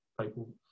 people